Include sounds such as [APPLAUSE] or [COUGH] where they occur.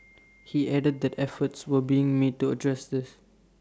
[NOISE] he added that efforts were being made to address this